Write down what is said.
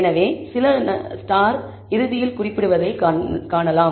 எனவே சில ஸ்டார்கள் இறுதியில் குறிக்கப்படுவதைக் காணலாம்